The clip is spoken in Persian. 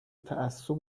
تعصب